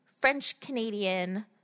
French-Canadian